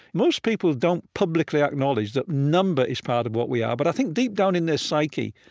most people don't publicly acknowledge that number is part of what we are. but i think deep down in their psyche,